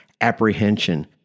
apprehension